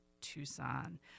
Tucson